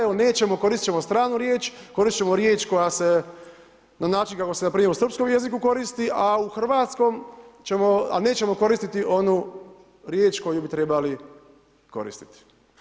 Evo, nećemo, koristit ćemo stranu riječ, koristiti ćemo riječ koja se na način kako se u srpskom jeziku koristi, a u hrvatskom ćemo, a nećemo koristiti onu riječ koju bi trebali koristiti.